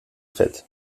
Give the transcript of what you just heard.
fett